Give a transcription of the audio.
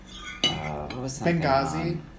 Benghazi